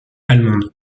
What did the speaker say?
allemande